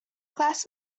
class